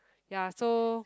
ya so